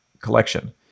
collection